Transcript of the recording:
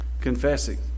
confessing